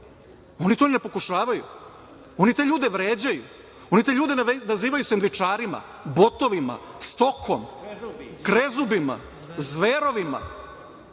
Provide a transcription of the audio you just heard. Oni to ne pokušavaju. Oni te ljude vređaju, oni te ljude nazivaju „sendvičarima, botovima, stokom, krezubima, zverovima,